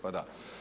Pa da.